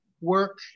work